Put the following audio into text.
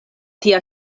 tia